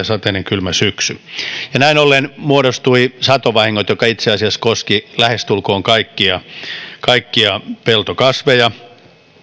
sateinen kylmä syksy ja näin ollen muodostui satovahingot jotka itse asiassa koskivat lähestulkoon kaikkia kaikkia peltokasveja